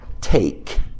take